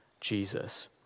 Jesus